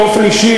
באופן אישי,